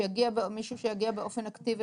שיגיע מישהו למסגרות באופן אקטיבי,